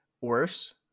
worse